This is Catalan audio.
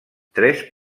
tres